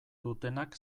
dutenak